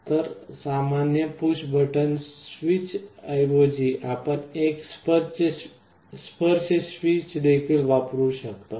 तर सामान्य push button स्विचऐवजी आपण एक स्पर्श स्विच देखील वापरू शकतो